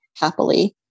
happily